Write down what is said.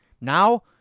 Now